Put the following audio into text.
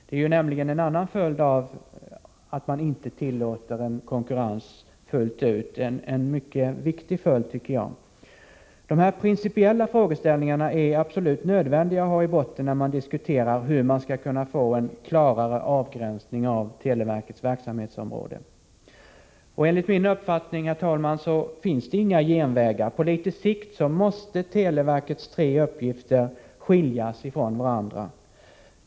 Det blir nämligen en annan följd, om man inte tillåter konkurrens fullt ut. Det är, tycker jag, viktigt att framhålla detta. De här principiella frågeställningarna är absolut nödvändiga att ha i botten när man diskuterar hur man skall kunna få en klarare avgränsning av televerkets verksamhetsområde! Enligt min uppfattning, herr talman, finns det inga genvägar. På litet längre sikt måste televerkets tre uppgifter skiljas från varandra.